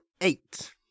eight